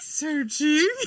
Searching